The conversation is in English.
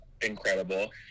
incredible